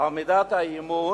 על מידת האמון